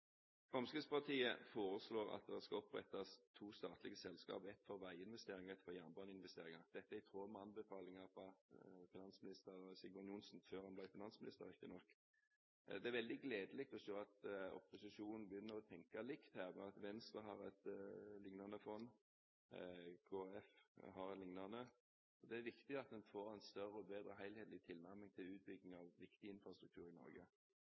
skal opprettes to statlige selskap, ett for veiinvesteringer og ett for jernbaneinvesteringer. Dette er i tråd med anbefalinger fra Sigbjørn Johnsen – før han ble finansminister, riktignok. Det er veldig gledelig å se at opposisjonen begynner å tenke likt her. Venstre har et lignende fond, og også Kristelig Folkeparti. Det er viktig at man får en større og bedre helhetlig tilnærming til utbygging av viktig infrastruktur i Norge.